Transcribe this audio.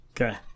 Okay